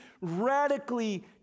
radically